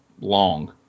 long